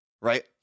right